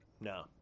No